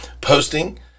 posting